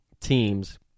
teams